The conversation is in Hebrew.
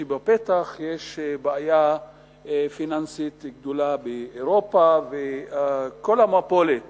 כשבפתח יש בעיה פיננסית גדולה באירופה וכל המפולת